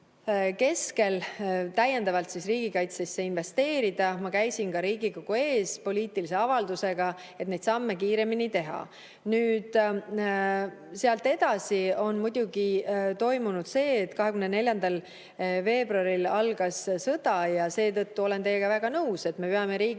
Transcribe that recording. keskel, et täiendavalt riigikaitsesse investeerida. Ma käisin ka Riigikogu ees poliitilise avaldusega, et neid samme kiiremini teha. Sealt edasi toimus muidugi see, et 24. veebruaril algas sõda. Seetõttu olen teiega väga nõus, et me peame riigikaitsesse